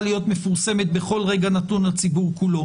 להיות מפורסמת בכל רגע נתון לציבור כולו.